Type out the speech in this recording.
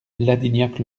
ladignac